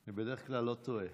אני בדרך כלל לא טועה,